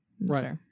Right